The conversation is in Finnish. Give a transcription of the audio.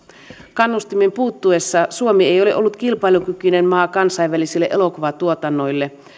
kannustimen puuttuessa suomi ei ei ole ollut kilpailukykyinen maa kansainvälisille elokuvatuotannoille